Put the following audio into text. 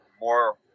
more